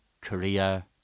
Korea